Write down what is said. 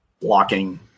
blocking